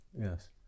Yes